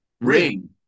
Ring